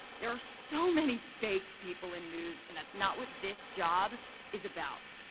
there are so many fake people in news, and that's not what this job is about.